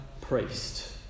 priest